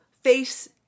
face